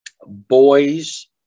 Boys